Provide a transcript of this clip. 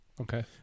Okay